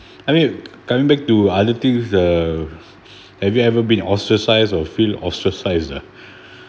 I mean coming back to other things um have you ever been ostracised or feel ostracised ah